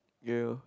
ya